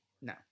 No